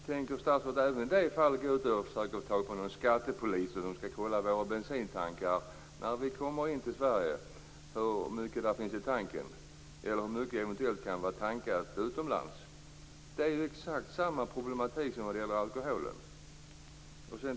Tänker statsrådet även i detta fall försöka få tag i några skattepoliser som skall kontrollera hur mycket bensin det finns i våra bensintankar när vi kommer till Sverige och hur mycket av den som kommer från utlandet? Det är exakt samma problematik som när det gäller alkoholen.